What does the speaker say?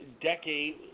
decade